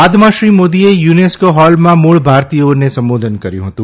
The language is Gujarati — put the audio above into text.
બાદમાં શ્રી મોદીએ યુનેસ્કો હોલમાં મૂળ ભારતીથોને સંબોધન કર્યું હતું